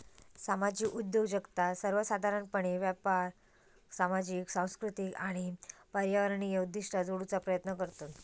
सामाजिक उद्योजकता सर्वोसाधारणपणे व्यापक सामाजिक, सांस्कृतिक आणि पर्यावरणीय उद्दिष्टा जोडूचा प्रयत्न करतत